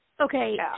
Okay